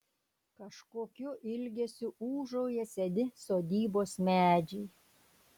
kažkokiu ilgesiu ūžauja seni sodybos medžiai